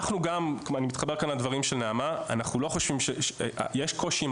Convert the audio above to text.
אני מתחבר כאן לדברים של נעמה אנחנו חושבים שיש קושי עם